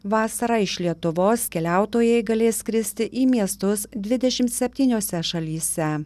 vasarą iš lietuvos keliautojai galės skristi į miestus dvidešimt septyniose šalyse